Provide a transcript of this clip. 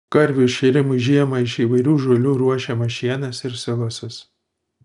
karvių šėrimui žiemą iš įvairių žolių ruošiamas šienas ir silosas